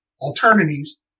alternatives